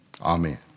Amen